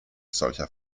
solcher